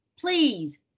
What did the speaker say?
please